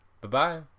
Bye-bye